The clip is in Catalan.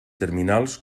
terminals